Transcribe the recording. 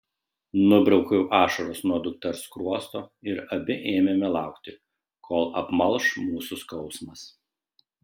nubraukiau ašaras nuo dukters skruosto ir abi ėmėme laukti kol apmalš mūsų skausmas